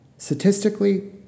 Statistically